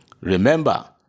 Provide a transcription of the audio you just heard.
remember